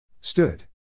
Stood